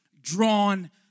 drawn